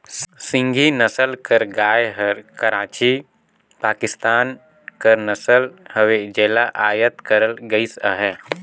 सिंघी नसल कर गाय हर कराची, पाकिस्तान कर नसल हवे जेला अयात करल गइस अहे